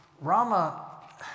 Rama